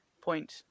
point